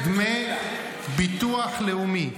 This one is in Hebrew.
העלאת דמי ביטוח לאומי.